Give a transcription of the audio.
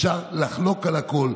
אפשר לחלוק על הכול,